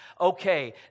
okay